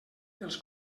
dels